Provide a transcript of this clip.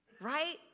right